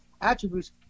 attributes